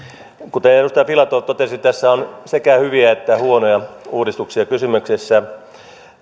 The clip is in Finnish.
kuten edustaja filatov totesi tässä on sekä hyviä että huonoja uudistuksia kysymyksessä